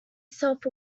self